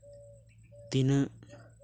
ᱛᱤᱱᱟᱹᱜ